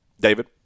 David